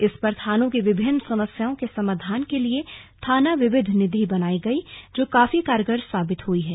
इस पर थानों की विभिन्न समस्याओं के समाधान के लिए थाना विविध निधि बनाई गई जो काफी कारगर साबित हुई है